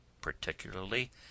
particularly